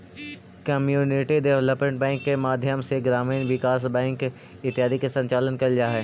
community development bank के माध्यम से ग्रामीण विकास बैंक इत्यादि के संचालन कैल जा हइ